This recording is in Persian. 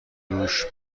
رووش